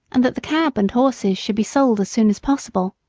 and that the cab and horses should be sold as soon as possible.